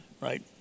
right